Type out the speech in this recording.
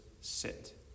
sit